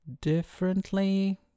differently